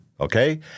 Okay